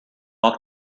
walk